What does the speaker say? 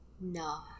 No